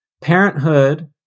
parenthood